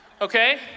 okay